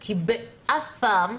כי אף פעם,